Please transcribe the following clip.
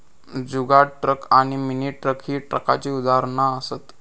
जुगाड truck आणि mini truck ही ट्रकाची उदाहरणा असत